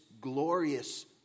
glorious